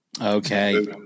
Okay